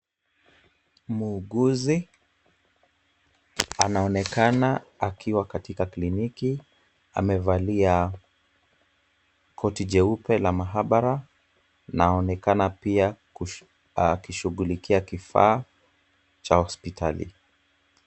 Muuguzi anaonekana akiwa katika kliniki, amevalia koti jeupe la maabara na anaonekana pia akishughulikia kifaa cha hospitali.